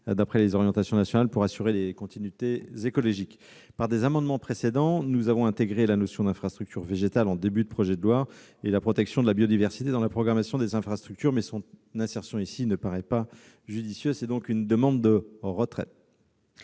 d'après les orientations nationales, pour assurer les continuités écologiques. Par des amendements précédents, nous avons intégré la notion d'infrastructure végétale en début de projet de loi et la protection de la biodiversité dans la programmation des infrastructures. Toutefois, l'insertion de cette notion ici ne paraît pas judicieuse. Pour ces raisons,